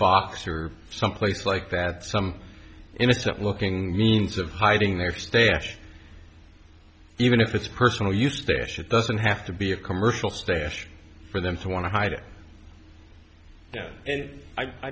box or someplace like that some innocent looking means of hiding their stash even if it's personal use their should doesn't have to be a commercial stash for them to want to hide it and i